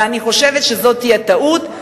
ואני חושבת שזאת תהיה טעות.